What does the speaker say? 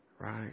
right